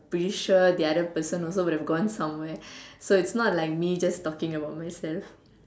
pretty sure the other person would have gone somewhere so it's not like me just talking about myself